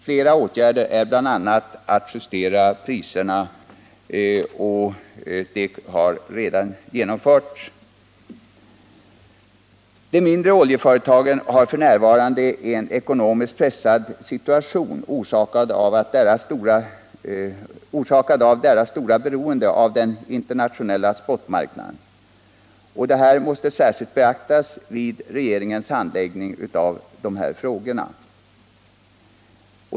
Flera åtgärder för att justera 6 juni 1979 priserna har redan genomförts. De mindre oljeföretagen har f. n. en pressad ekonomisk situation, orsakad "av deras stora beroende av den internationella spotmarknaden. Det här måste särskilt beaktas vid regeringens handläggning av dessa frågor.